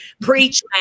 preach